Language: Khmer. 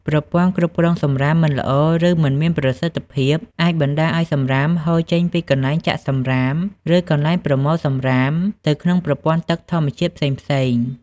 ប្រព័ន្ធគ្រប់គ្រងសំរាមមិនល្អ ឬមិនមានប្រសិទ្ធភាពអាចបណ្តាលឱ្យសំរាមហូរចេញពីកន្លែងចាក់សំរាម ឬកន្លែងប្រមូលសំរាមទៅក្នុងប្រព័ន្ធទឹកធម្មជាតិផ្សេងៗ។